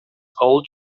old